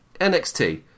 NXT